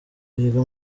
biga